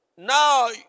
Now